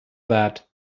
that